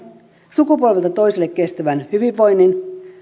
sukupolvelta toiselle kestävän hyvinvoinnin